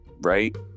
right